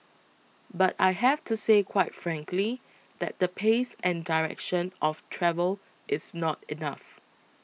but I have to say quite frankly that the pace and direction of travel is not enough